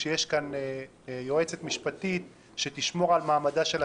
שיש כאן יועצת משפטית שתשמור על מעמדה של הכנסת,